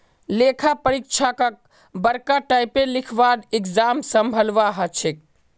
लेखा परीक्षकक बरका टाइपेर लिखवार एग्जाम संभलवा हछेक